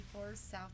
South